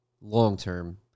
long-term